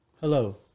Hello